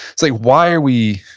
it's like why are we,